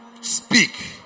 Speak